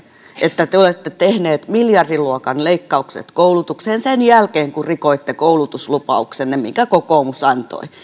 että te olette tehneet miljardiluokan leikkaukset koulutukseen sen jälkeen kun rikoitte koulutuslupauksenne minkä kokoomus antoi